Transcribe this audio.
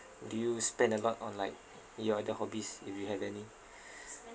do you spend a lot on like your other hobbies if you have any